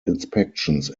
inspections